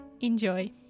Enjoy